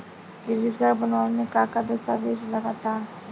Credit card बनवावे म का का दस्तावेज लगा ता?